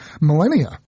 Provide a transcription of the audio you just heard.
millennia